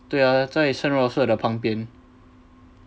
对啊在的旁边